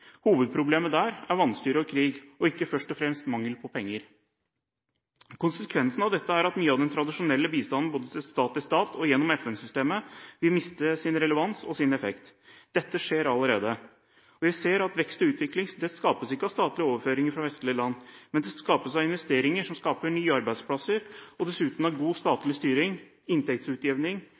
Hovedproblemet der er vanstyre og krig, ikke først og fremst mangel på penger. Konsekvensen av dette er at mye av den tradisjonelle bistanden, både stat til stat og gjennom FN-systemet, vil miste sin relevans og effekt. Dette skjer allerede. Vi ser at vekst og utvikling ikke skapes av statlige overføringer fra vestlige land, men av investeringer som skaper nye arbeidsplasser, og dessuten av god statlig styring, inntektsutjevning,